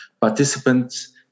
participants